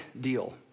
deal